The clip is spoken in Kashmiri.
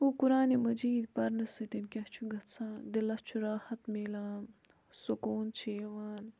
گوو قُرانہِ مجیٖد پَرنہٕ سۭتۍ کیاہ چھُ گژھان دِلَس چھُ راحت مِلان سوٚکوٗن چھُ یِوان